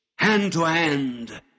hand-to-hand